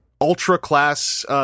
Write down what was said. ultra-class